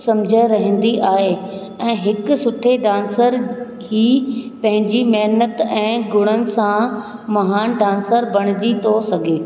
समझ रहंदी आहे ऐं हिकु सुठे डांसर ई पंहिंजी महिनत ऐं गुणनि सां महान डांसर बणिजी य्हो सघे